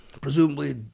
presumably